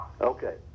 Okay